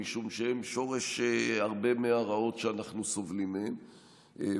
משום שהם שורש הרבה מהרעות שאנחנו סובלים מהן.